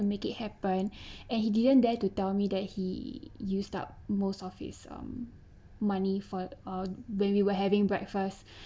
make it happen and he didn't dare to tell me that he used up most of his money for uh when we were having breakfast